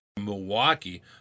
milwaukee